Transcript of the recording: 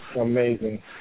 Amazing